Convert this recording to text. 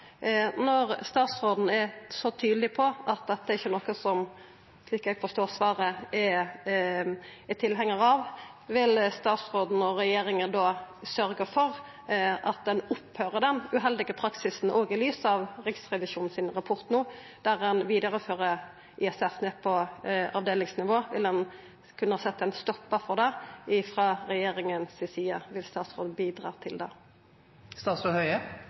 Når statsråden er så tydeleg på at dette ikkje er noko som han, slik eg forstår svaret, er tilhengjar av, vil statsråden og regjeringa da sørgja for at ein opphevar den uheldige praksisen – òg i lys av rapporten frå Riksrevisjonen – der ein vidarefører IFS ned på avdelingsnivå? Vil han kunna setja ein stoppar for det frå regjeringa si side? Vil statsråden bidra til det?